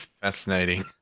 fascinating